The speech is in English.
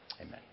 Amen